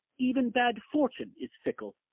even bad fortune is fickle.